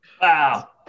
Wow